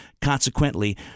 Consequently